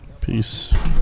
Peace